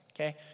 Okay